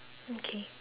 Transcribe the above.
okay